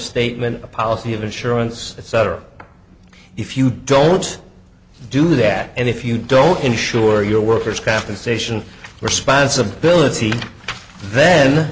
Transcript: statement a policy of insurance etc if you don't do that and if you don't insure your workers compensation responsibility then